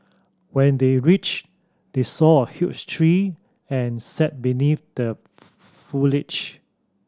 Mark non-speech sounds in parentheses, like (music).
when they reached they saw a huge tree and sat beneath the (unintelligible) foliage